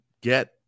get